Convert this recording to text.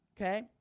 okay